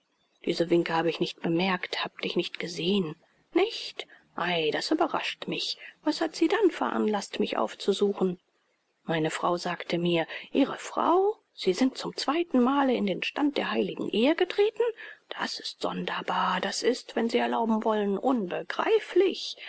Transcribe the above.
diese winke hab ich nicht bemerkt habe dich nicht gesehen nicht ei das überrascht mich was hat sie dann veranlaßt mich aufzusuchen meine frau sagte mir ihre frau sie sind zum zweitenmale in den stand der heiligen ehe getreten das ist sonderbar das ist wenn sie erlauben wollen unbegreiflich